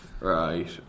Right